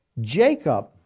Jacob